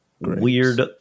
weird